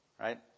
Right